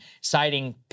citing